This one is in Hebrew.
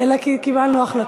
אלא כי קיבלנו החלטה.